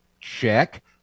check